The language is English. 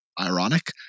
ironic